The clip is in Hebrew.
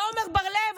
לעמר בר לב,